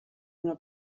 una